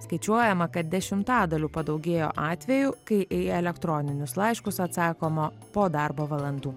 skaičiuojama kad dešimtadaliu padaugėjo atvejų kai į elektroninius laiškus atsakoma po darbo valandų